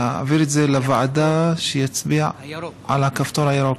להעביר לוועדה, שילחץ על הכפתור הירוק.